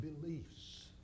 beliefs